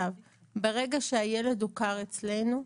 ברגע שהילד הוכר אצלנו,